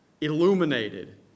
illuminated